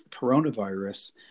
coronavirus